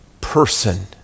person